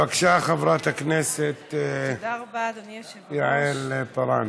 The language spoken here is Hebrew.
בבקשה, חברת הכנסת יעל כהן-פארן.